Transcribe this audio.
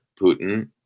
Putin